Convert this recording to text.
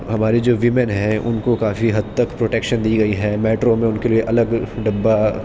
ہماری جو ویمن ہیں ان کو کافی حد تک پروٹکشن دی گئی ہے میٹرو میں ان کے لیے الگ ڈبہ